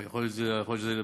יכול להיות שזה פחות.